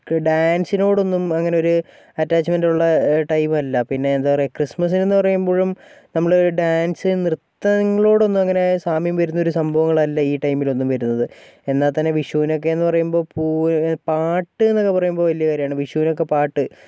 ഡാൻസിനോടൊന്നും അങ്ങനെ ഒരു അറ്റാച്ച്മെൻറ് ഉള്ള ടൈപ്പ് അല്ല പിന്നെ എന്താ പറയുക ക്രിസ്മസിനെന്നു പറയുമ്പോഴും നമ്മൾ ഡാൻസ് നൃത്തങ്ങളോടൊന്നും അങ്ങനെ സാമ്യം വരുന്നൊരു സംഭവങ്ങളല്ല ഈ ടൈമിലൊന്നും വരുന്നത് എന്നാൽ തന്നെ വിഷുവിനൊക്കെയെന്നു പറയുമ്പോൾ പൂവ് പാട്ടെന്നൊക്കെ പറയുമ്പോൾ വലിയ കാര്യമാണ് വിഷുവിനൊക്കെ പാട്ട്